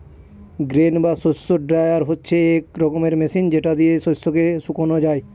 grain বা শস্য dryer হচ্ছে এক রকমের মেশিন যেটা দিয়ে শস্যকে শুকানো যায়